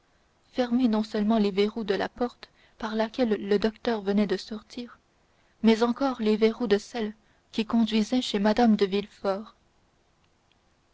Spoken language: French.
fermer non seulement les verrous de la porte par laquelle le docteur venait de sortir mais encore les verrous de celle qui conduisait chez mme de villefort